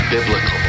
Biblical